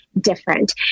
different